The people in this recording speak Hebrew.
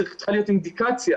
צריכה להיות אינדיקציה.